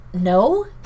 no